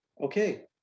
Okay